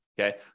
Okay